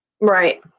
right